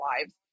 lives